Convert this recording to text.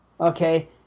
okay